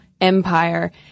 empire